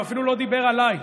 הוא אפילו לא דיבר עליי,